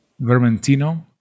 Vermentino